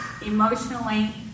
emotionally